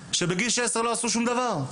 שבגיל 16 לא עשו שום דבר,